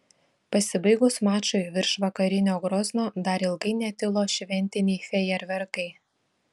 pasibaigus mačui virš vakarinio grozno dar ilgai netilo šventiniai fejerverkai